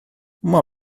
uma